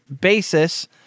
basis